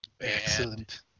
Excellent